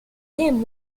him